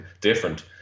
different